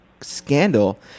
scandal